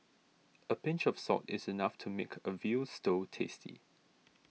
a pinch of salt is enough to make a Veal Stew tasty